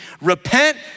Repent